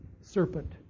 serpent